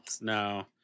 No